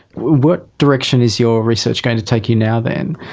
what direction is your research going to take you now then?